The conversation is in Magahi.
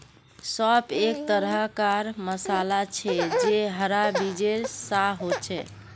सौंफ एक तरह कार मसाला छे जे हरा बीजेर सा होचे